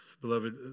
Beloved